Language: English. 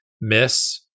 miss